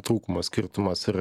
trūkumas skirtumas ir